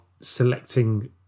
selecting